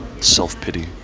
self-pity